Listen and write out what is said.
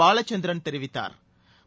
Balachandran தெரிவிததாா்